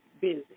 busy